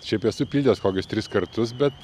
šiaip esu pildęs kokius tris kartus bet